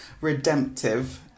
redemptive